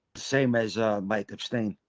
same as mike abstain